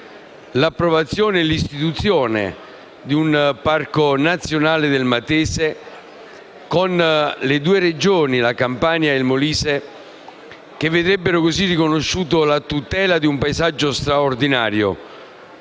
o emendamenti, l'istituzione di un Parco nazionale del Matese con le due Regioni, Campania e Molise, che vedrebbero così riconosciuta la tutela di un paesaggio straordinario